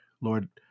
Lord